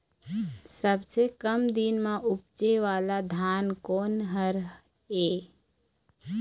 सबसे कम दिन म उपजे वाला धान कोन हर ये?